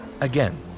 again